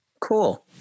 Cool